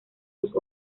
sus